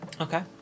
Okay